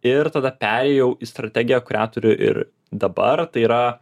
ir tada perėjau į strategiją kurią turiu ir dabar tai yra